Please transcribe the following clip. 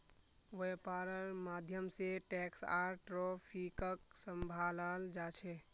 वैपार्र माध्यम से टैक्स आर ट्रैफिकक सम्भलाल जा छे